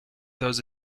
those